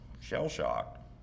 shell-shocked